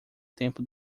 tempo